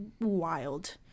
wild